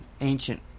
ancient